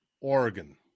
Oregon